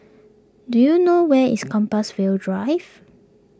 do you know where is Compassvale Drive